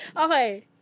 Okay